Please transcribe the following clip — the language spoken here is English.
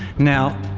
now,